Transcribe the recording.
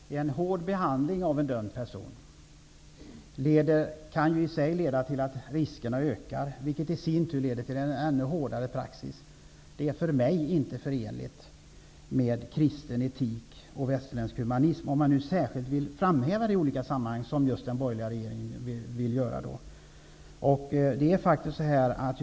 Fru talman! En hård behandling av en dömd person kan i sig leda till att riskerna ökar, vilket i sin tur leder till en ännu hårdare praxis. Det är för mig inte förenligt med kristen etik och västerländsk humanitet -- om det nu är detta man särskilt vill framföra, vilket den borgerliga regeringen gör i olika sammanhang.